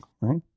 right